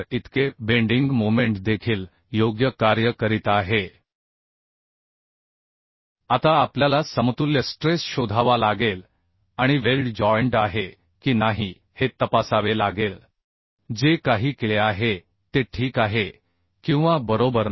इतके bending moment देखील योग्य कार्य करीत आहे आता आपल्याला समतुल्य स्ट्रेस शोधावा लागेल आणि वेल्ड जॉइंट आहे की नाही हे तपासावे लागेल जे काही केले आहे ते ठीक आहे किंवा बरोबर नाही